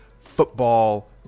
football